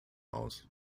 aus